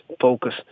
focus